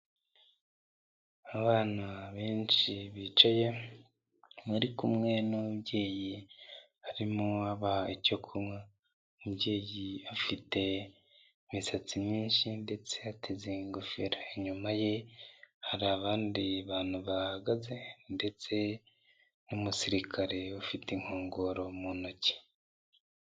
Abana benshi bicaye bari kumwe n'umubyeyi arimo abaha icyo kunywa. Umubyeyi afite imisatsi myinshi ndetse ateze ingofero. Inyuma ye hari abandi bantu bahagaze ndetse n'umusirikare ufite inkongoro mu ntoki.